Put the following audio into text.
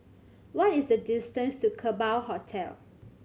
what is the distance to Kerbau Hotel